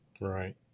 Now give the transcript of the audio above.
Right